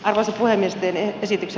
allasvoimistelu ja siksi